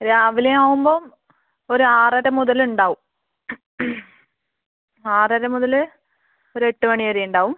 രാവിലെ ആകുമ്പം ഒരു ആറ് അര മുതൽ ഉണ്ടാവും ആറ് അര മുതൽ ഒരു എട്ട് മണി വരെ ഉണ്ടാവും